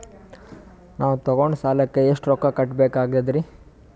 ನಾವು ತೊಗೊಂಡ ಸಾಲಕ್ಕ ಎಷ್ಟು ರೊಕ್ಕ ಕಟ್ಟಬೇಕಾಗ್ತದ್ರೀ?